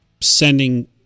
sending